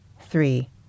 three